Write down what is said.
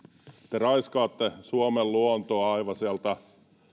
te raiskaatte suomen luontoa aivan sieltä